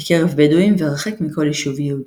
בקרב בדואים והרחק מכל יישוב יהודי.